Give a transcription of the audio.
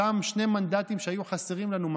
אותם שני מנדטים שהיו חסרים לנו,